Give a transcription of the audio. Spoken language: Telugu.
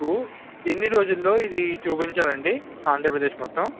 మీకు ఎన్ని రోజులలో ఇది చూపించాలి అండి ఆంధ్రప్రదేశ్ మొత్తం